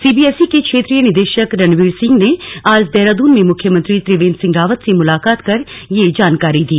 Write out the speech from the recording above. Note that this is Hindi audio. सीबीएसई के क्षेत्रीय निदेशक रणवीर सिंह ने आज देहरादून में मुख्यमंत्री त्रिवेन्द्र सिंह रावत से मुलाकात कर यह जानकारी दी